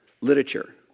literature